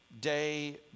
day